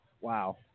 Wow